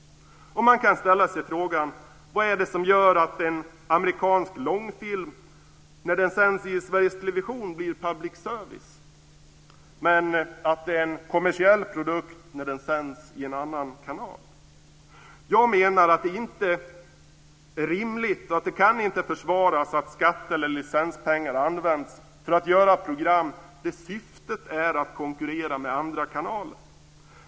Man kan också ställa sig frågan vad det är som gör att en amerikansk långfilm är public service när den sänds i Sveriges Television men en kommersiell produkt när den sänds i en annan kanal. Jag menar att det inte är rimligt och inte kan försvaras att skatte eller licenspengar används för att göra program där syftet är att konkurrera med andra kanaler.